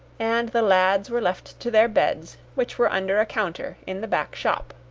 and the lads were left to their beds which were under a counter in the back-shop.